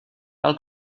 tal